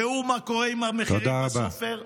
ראו מה קורה עם המחירים בסופר.